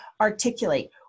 articulate